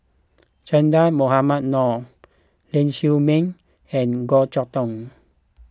Che Dah Mohamed Noor Ling Siew May and Goh Chok Tong